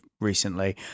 recently